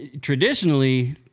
traditionally